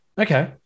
Okay